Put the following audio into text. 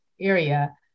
area